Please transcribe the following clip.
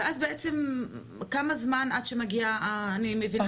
ואז בעצם כמה זמן עד שמגיע המתורגמן.